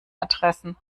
adressen